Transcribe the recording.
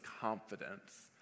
confidence